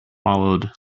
followed